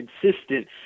consistent